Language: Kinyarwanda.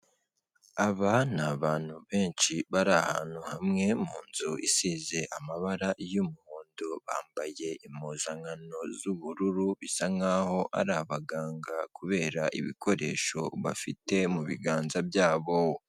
Aba ni abantu benshi bari ahantu hamwe, mu nzu isize amabara y'umuhondo, bambaye impuzankano z'ubururu bisa nk'aho ari abaganga kubera ibikoresho bafite mu biganza byabo.